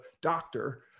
doctor